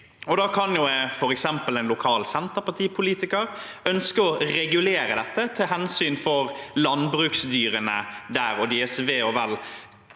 f.eks. en lokal sen terpartipolitiker ønske å regulere dette til av hensyn til landbruksdyrene der og deres ve og vel.